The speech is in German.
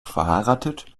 verheiratet